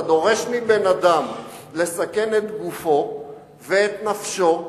דורש מבן-אדם לסכן את גופו ואת נפשו,